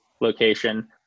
location